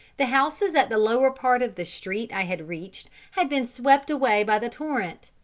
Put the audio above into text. the houses at the lower part of the street i had reached had been swept away by the torrent,